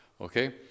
Okay